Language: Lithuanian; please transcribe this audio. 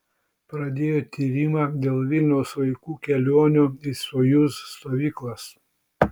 pradėjo tyrimą dėl vilniaus vaikų kelionių į sojuz stovyklas